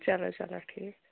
چَلو چَلو ٹھیٖک